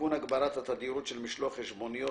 (תיקון הגברת התדירות של משלוח חשבונית),